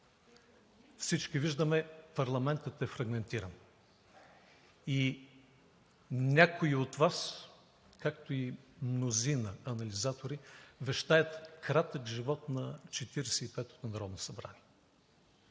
Всички виждаме – парламентът е фрагментиран и някои от Вас, както и мнозина анализатори вещаят кратък живот на